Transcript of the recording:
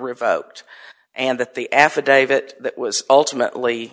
revoked and that the affidavit that was ultimately